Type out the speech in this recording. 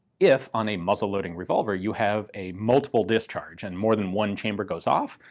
if on a muzzle loading revolver you have a multiple discharge and more than one chamber goes off,